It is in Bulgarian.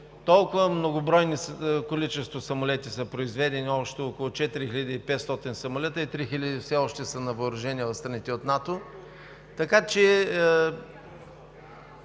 такова многобройно количество самолети са произведени общо около 4500 и 3000 все още са на въоръжение в страните от НАТО.